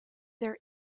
there